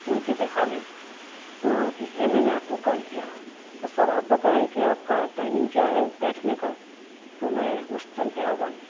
ان سے دکھا لیں تو اس لئے میں نے آپ کو کال کیا تو سر آپ بتائیں کہ آپ کا ٹائمنگ کیا ہے بیٹھنے کا تو میں اس ٹائم پہ آ جاؤں